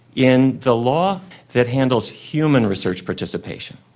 in the law that handles human research participation,